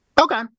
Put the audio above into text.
Okay